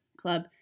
Club